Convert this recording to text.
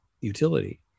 utility